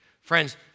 Friends